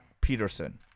Peterson